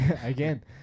Again